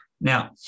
Now